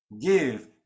give